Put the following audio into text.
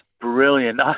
brilliant